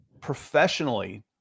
professionally